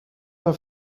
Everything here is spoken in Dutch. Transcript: een